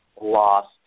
lost